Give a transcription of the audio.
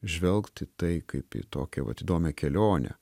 žvelgt į tai kaip į tokią vat įdomią kelionę